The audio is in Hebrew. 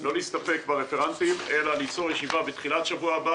לא להסתפק ברפרנטים אלא לזמן ישיבה בתחילת השבוע הבא,